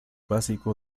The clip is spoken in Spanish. básico